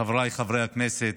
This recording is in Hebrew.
חבריי חברי הכנסת,